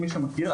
מי שמכיר,